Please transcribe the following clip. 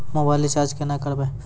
Mobile recharge केना करबै?